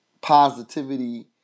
positivity